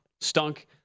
Stunk